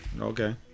Okay